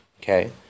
okay